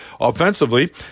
offensively